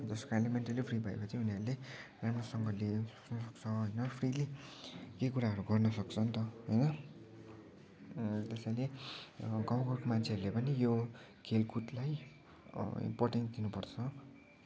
जसको कारणले mentally free भएपछि उनीहरूले राम्रोसँगले सक्छ होइन फ्रिली केहि कुरहरू गर्न सक्छ नि त होइन त्यसैले गाउँ घरको मान्छेहरूले पनि यो खेलकुदलाई इम्पोर्टेन्स दिनुपर्छ